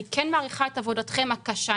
אני כן מעריכה את עבודתכם הקשה,